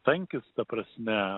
tankis ta prasme